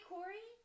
Corey